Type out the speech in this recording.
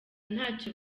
ntacyo